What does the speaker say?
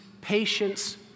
patience